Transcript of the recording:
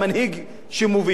וזה בדיוק מה שקורה.